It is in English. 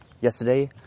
yesterday